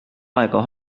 aega